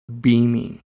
beaming